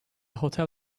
hotel